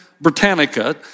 Britannica